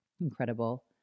incredible